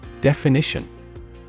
Definition